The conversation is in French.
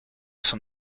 son